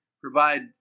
provide